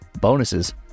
bonuses